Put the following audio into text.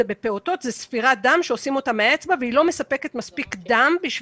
היא בפעוטות וזה ספירת דם שעושים אותה באצבע,